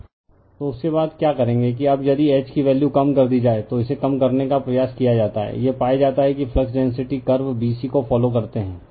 refer slide time 2523 तो उसके बाद क्या करेंगे कि अब यदि H कि वैल्यू कम कर दी जाए तो इसे कम करने का प्रयास किया जाता है यह पाया जाता है कि फ्लक्स डेंसिटी कर्वे bc को फॉलो करते है